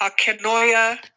Akenoya